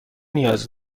نیاز